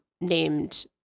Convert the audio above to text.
named